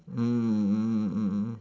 mm mm mm mm